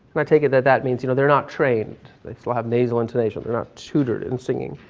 i take it that that means, you know, they're not trained, they still have nasal intonations, they're not tutored in singing.